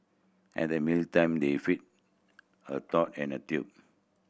at the meal time they fed her through and a tube